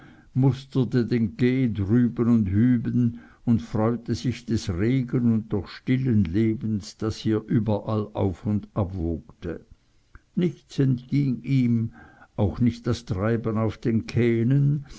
musterte den quai hüben und drüben und freute sich des regen und doch stillen lebens das hier überall auf und ab wogte nichts entging ihm auch nicht das treiben auf den kähnen